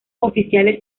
oficiales